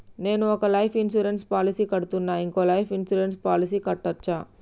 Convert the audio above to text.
నేను ఒక life insurance policy కడ్తున్నా, ఇంకో లైఫ్ ఇన్సూరెన్స్ పాలసీ కట్టొచ్చా?